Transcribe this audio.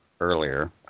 earlier